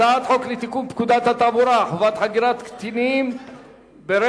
הצעת חוק לתיקון פקודת התעבורה (חובת חגירת קטינים ברכב,